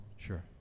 Sure